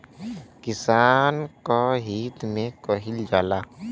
किसान क हित में कईल जाला